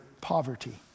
poverty